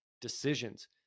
decisions